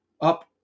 up